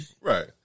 Right